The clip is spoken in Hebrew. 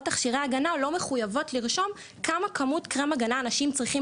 תכשירי ההגנה לא מחויבות לרשום את כמות קרם הגנה אנשים צריכים